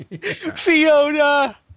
Fiona